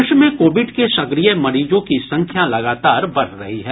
देश में कोविड के सक्रिय मरीजों की संख्या लगातार बढ़ रही है